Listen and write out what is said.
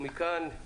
מכאן,